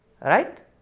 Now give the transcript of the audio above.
right